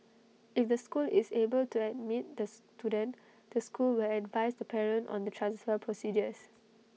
if the school is able to admit the student the school will advise the parent on the transfer procedures